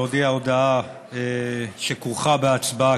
להודיע הודעה שכרוכה בהצבעה,